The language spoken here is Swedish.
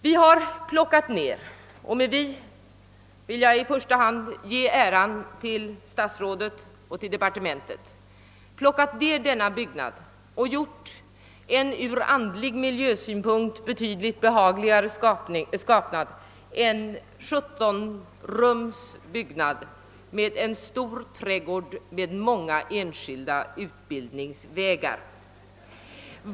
Vi har nu plockat ned denna byggnad — och jag vill i första hand ge äran härför till statsrådet och till departementet -— och uppfört en ny ur miljösynpunkt betydligt behagligare skapelse. Det har blivit en 17-rumsbyggnad med en stor trädgård innehållande många enskilda utbildningsvägar.